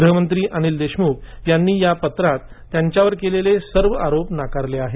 गृहमंत्री अनिल देशमुख यांनी या पत्रात त्यांच्यावर केलेले सर्व आरोप नाकारले आहेत